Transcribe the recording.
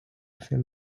sell